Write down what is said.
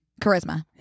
charisma